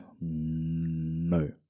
no